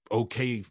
okay